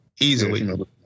Easily